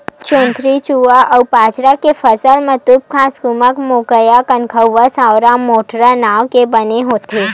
जोंधरी, जुवार अउ बाजरा के फसल म दूबघास, गुम्मा, मकोया, कनकउवा, सावां, मोथा नांव के बन होथे